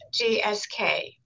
GSK